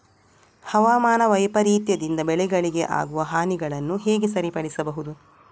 ಹವಾಮಾನ ವೈಪರೀತ್ಯದಿಂದ ಬೆಳೆಗಳಿಗೆ ಆಗುವ ಹಾನಿಗಳನ್ನು ಹೇಗೆ ಸರಿಪಡಿಸಬಹುದು?